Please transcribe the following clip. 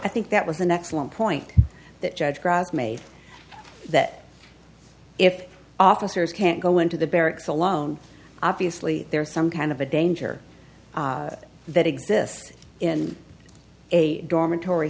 i think that was an excellent point that judge greg made that if officers can't go into the barracks alone obviously there is some kind of a danger that exists in a dormitory